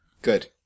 Good